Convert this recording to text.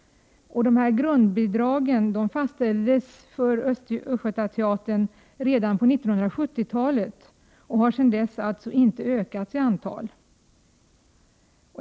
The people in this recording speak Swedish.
Dessa grundbidrag fastställdes för Östergötlands länsteaters del redan på 1970 talet, och antalet grundbidrag har sedan dess inte ökat i antal.